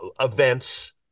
events